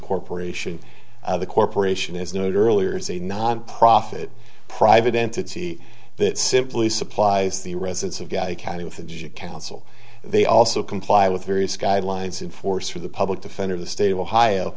corporation the corporation is noted earlier as a nonprofit private entity that simply supplies the residents of guy county if you cancel they also comply with various guidelines in force for the public defender of the state of ohio